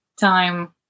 time